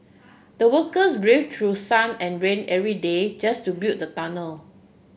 the workers braved through sun and rain every day just to build the tunnel